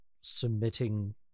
submitting